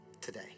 today